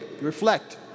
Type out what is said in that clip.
reflect